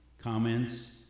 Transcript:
comments